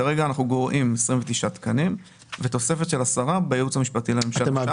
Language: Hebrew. כרגע אנחנו גורעים 29 תקנים ותוספת של 10 בייעוץ המשפטי לממשלה.